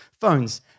phones